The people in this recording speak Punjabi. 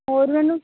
ਹੋਰ ਉਹਨਾਂ ਨੂੰ